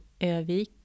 Övik